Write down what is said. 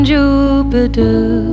Jupiter